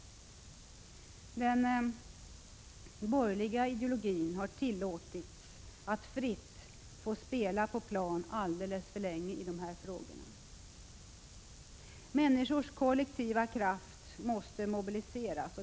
Den borgerliga ideologin i dessa frågor har tillåtits att fritt få spela på plan alldeles för länge. Människors kollektiva kraft måste mobiliseras.